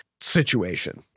situation